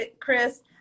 Chris